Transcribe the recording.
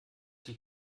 die